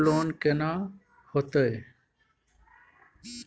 Group loan केना होतै?